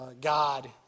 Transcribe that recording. god